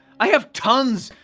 i have tons,